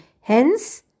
Hence